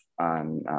on